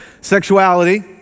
sexuality